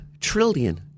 Trillion